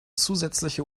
zusätzliche